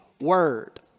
word